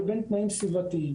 לבין תנאים סביבתיים.